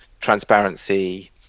transparency